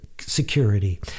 security